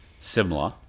similar